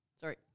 Sorry